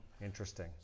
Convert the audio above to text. Interesting